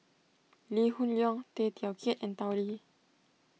Lee Hoon Leong Tay Teow Kiat and Tao Li